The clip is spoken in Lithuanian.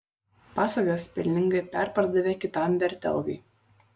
pasagas pelningai perpardavė kitam vertelgai